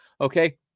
okay